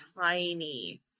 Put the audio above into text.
tiny